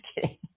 kidding